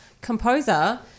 composer